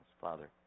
Father